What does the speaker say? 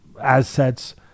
assets